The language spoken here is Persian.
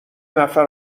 نفر